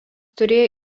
turėjo